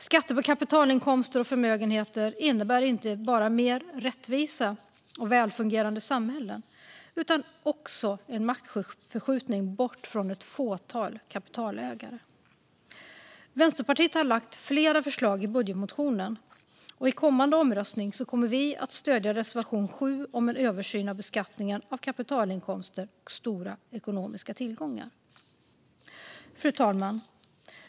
Skatter på kapitalinkomster och förmögenheter innebär inte bara mer rättvisa och välfungerande samhällen utan också en maktförskjutning bort från ett fåtal kapitalägare. Vi i Vänsterpartiet har lagt fram flera förslag i vår budgetmotion, och i kommande omröstning kommer vi att stödja reservation 7 om en översyn av beskattningen av kapitalinkomster och stora ekonomiska tillgångar. Fru talman!